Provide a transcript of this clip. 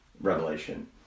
Revelation